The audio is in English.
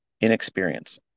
inexperience